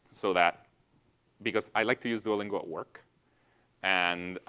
so that because i like to use duolingo at work and,